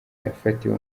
yafatiwe